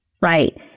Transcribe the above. Right